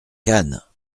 cannes